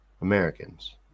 Americans